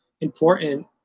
important